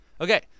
okay